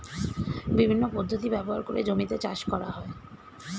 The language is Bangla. বিভিন্ন পদ্ধতি ব্যবহার করে জমিতে চাষ করা হয়